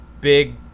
big